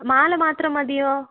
മാല മാത്രം മതിയോ